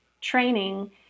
training